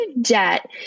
debt